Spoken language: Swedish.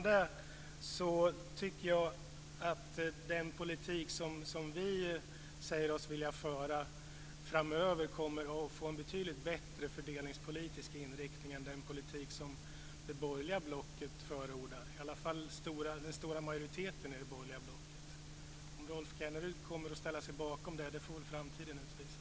Den politik som vi säger oss vilja föra framöver kommer att få en betydligt bättre fördelningspolitisk inriktning än den politik som i varje fall den stora majoriteten i det borgerliga blocket förordrar. Om Rolf Kenneryd kommer att ställa sig bakom det får väl framtiden utvisa.